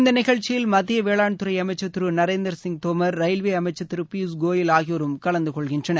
இந்த நிகழ்ச்சியில் மத்திய வேளாண் துறை அமைச்சர் திரு நரேந்திர சிங் தோமர் ரயில்வே அமைச்சர் திரு பியூஷ்கோயல் ஆகியோரும் கலந்துகொள்கின்றனர்